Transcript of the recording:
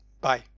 bye